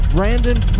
Brandon